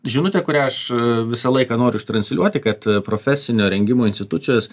žinutė kurią aš visą laiką noriu ištransliuoti kad profesinio rengimo institucijos